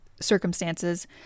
circumstances